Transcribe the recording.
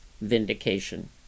vindication